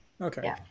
okay